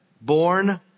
born